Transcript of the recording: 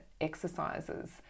exercises